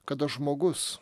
kada žmogus